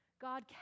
God